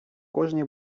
кожній